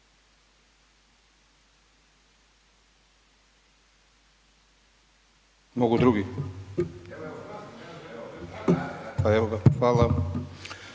Mogu drugi, pa evo ga hvala.